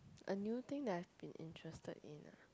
a new thing that I've been interested in ah